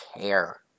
care